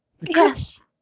Yes